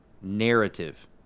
narrative